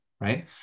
right